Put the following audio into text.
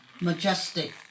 Majestic